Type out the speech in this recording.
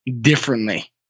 differently